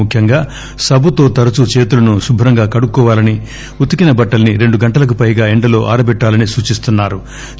ముఖ్యంగా సబ్బుతో చేతులను శుభ్రంగా కడుకోవాలని ఉతికిన బట్టల్పి రెండు గంటలకు పైగా ఎండలో ఆరబెట్లాలని సూచిస్తున్నా రు